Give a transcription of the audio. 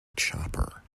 chopper